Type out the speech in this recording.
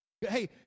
Hey